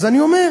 אז אני אומר,